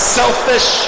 selfish